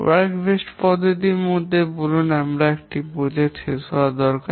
কাজ ভিত্তিক পদ্ধতির মধ্যে বলুন যে আমাদের একটি প্রকল্প শেষ করা দরকার